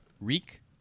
Reek